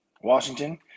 Washington